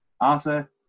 Arthur